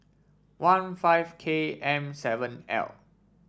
one five K M seven L